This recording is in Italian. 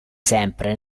sempre